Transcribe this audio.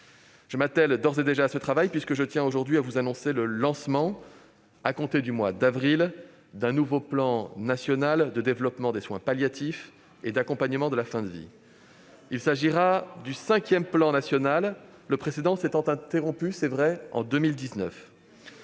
Je m'attelle d'ores et déjà à ce travail : je tiens à vous annoncer aujourd'hui le lancement, à compter du mois d'avril prochain, d'un nouveau plan national de développement des soins palliatifs et d'accompagnement de la fin de vie. Il s'agira du cinquième plan national, le précédent s'étant il est vrai interrompu en 2019.